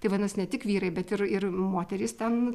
tai vadinas ne tik vyrai bet ir ir moterys ten